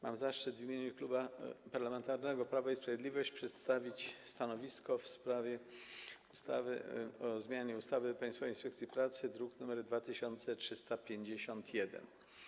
Mam zaszczyt w imieniu Klubu Parlamentarnego Prawo i Sprawiedliwość przedstawić stanowisko w sprawie projektu ustawy o zmianie ustawy o Państwowej Inspekcji Pracy, druk nr 2351.